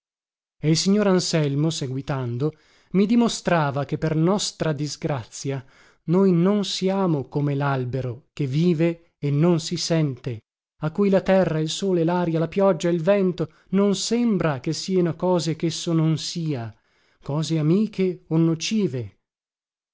il signor anselmo seguitando mi dimostrava che per nostra disgrazia noi non siamo come lalbero che vive e non si sente a cui la terra il sole laria la pioggia il vento non sembra che sieno cose chesso non sia cose amiche o nocive